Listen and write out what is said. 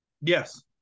Yes